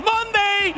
Monday